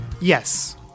Yes